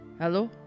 hello